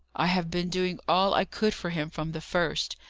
i have been doing all i could for him from the first,